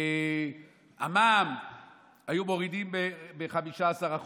ואת המע"מ היו מורידים ב-5%,